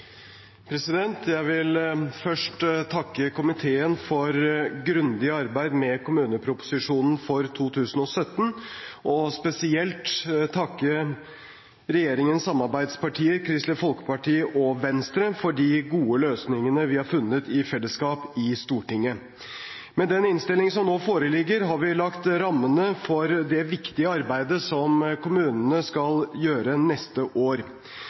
spesielt takke regjeringens samarbeidspartier, Kristelig Folkeparti og Venstre, for de gode løsningene vi har funnet i fellesskap i Stortinget. Med den innstillingen som nå foreligger, har vi lagt rammene for det viktige arbeidet som kommunene skal gjøre neste år.